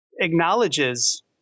acknowledges